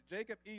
Jacob